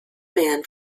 man